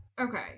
okay